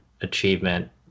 achievement